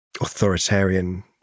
authoritarian